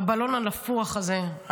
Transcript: הבלון הנפוח הזה,